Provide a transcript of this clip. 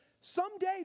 someday